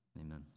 amen